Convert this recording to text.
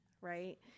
right